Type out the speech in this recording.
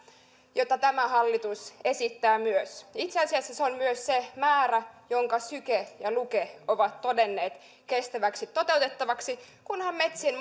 jota tämä hallitus esittää myös itse asiassa se on myös se määrä jonka syke ja luke ovat todenneet kestävästi toteutettavaksi kunhan metsien